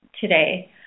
today